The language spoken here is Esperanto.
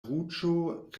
ruĝo